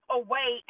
away